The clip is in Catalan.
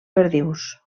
perdius